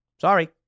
Sorry